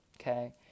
okay